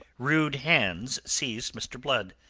rude hands seized mr. blood,